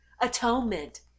Atonement